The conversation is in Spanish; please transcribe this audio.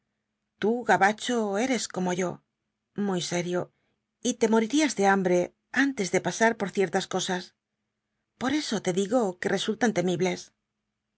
tú gabacho eres como yo muy serio y te morirías de hambre antes de pasar por ciertas cosas por eso te digo que resultan temibles